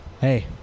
Hey